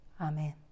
Amen